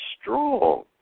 strong